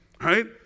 right